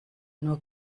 nur